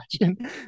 imagine